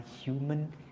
human